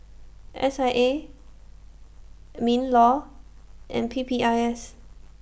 S I A MINLAW and P P I S